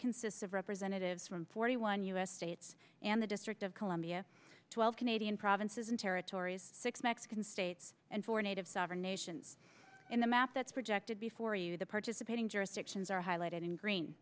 consists of representatives from forty one u s states and the district of columbia twelve canadian provinces and territories six mexican states and four native sovereign nations in the map that's projected before you the participating jurisdictions are highlighted in green